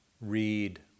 read